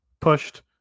pushed